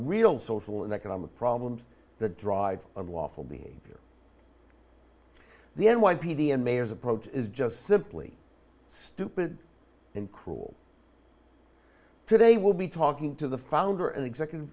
real social and economic problems that drive unlawful behavior the n y p d and mayor's approach is just simply stupid and cruel today will be talking to the founder and executive